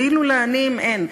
ואילו לעניים אין.